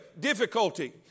difficulty